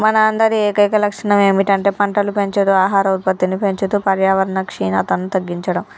మన అందరి ఏకైక లక్షణం ఏమిటంటే పంటలు పెంచుతూ ఆహార ఉత్పత్తిని పెంచుతూ పర్యావరణ క్షీణతను తగ్గించడం